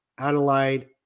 Adelaide